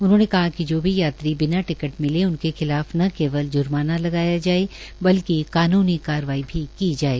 उन्होंने कहा कि जो भी यात्री बिना टिकट मिले उनके खिलाफ न केवल जुर्माना लगाया जाएगा बल्कि कानूनी कार्रवाई भी की जाएगी